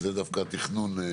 וזה דווקא התיכנון.